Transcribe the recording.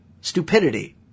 Stupidity